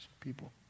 people